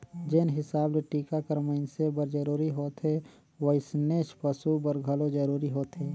जेन हिसाब ले टिका हर मइनसे बर जरूरी होथे वइसनेच पसु बर घलो जरूरी होथे